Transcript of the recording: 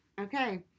Okay